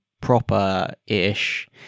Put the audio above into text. proper-ish